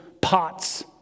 pots